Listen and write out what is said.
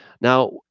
now